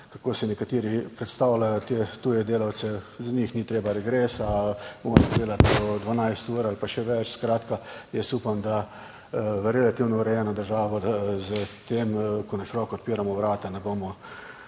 kako si nekateri predstavljajo te tuje delavce, za njih ni treba regresa, mogoče delati po 12 ur ali pa še več, skratka, jaz upam, da v relativno urejeno državo s tem, ko na široko odpiramo vrata, ne bomo